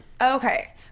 Okay